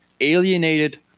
alienated